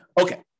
Okay